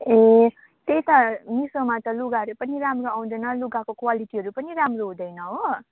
ए त्यही त मिसोमा लुगाहरू पनि राम्रो आउँदैन लुगाको क्वालिटीहरू पनि राम्रो हुँदैन हो